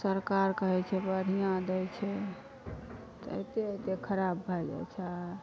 सरकार कहैत छै बढ़िआँ दै छै अबिते अबिते खराब भऽ जाइत छै